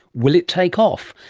will it take off,